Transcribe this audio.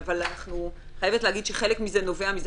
אבל אני חייבת להגיד שחלק מזה נובע מזה